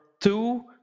two